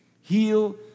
Heal